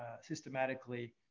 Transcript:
systematically